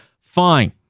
fine